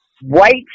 white